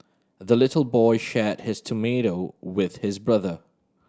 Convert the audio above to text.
the little boy shared his tomato with his brother